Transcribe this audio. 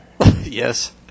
Yes